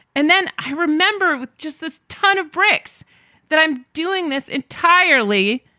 and then i remember just this ton of bricks that i'm doing this entirely.